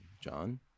John